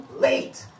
late